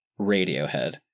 Radiohead